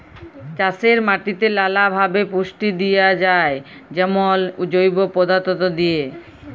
চাষের মাটিতে লালাভাবে পুষ্টি দিঁয়া যায় যেমল জৈব পদাথ্থ দিঁয়ে